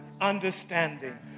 understanding